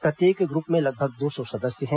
प्रत्येक ग्रूप में लगभग दो सौ सदस्य हैं